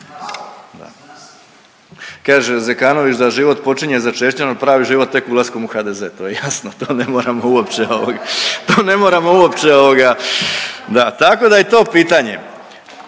Kaže Zekanović da život počinje začećem, no pravi život tek ulaskom u HDZ, to je jasno, to ne moramo uopće, to ne moramo uopće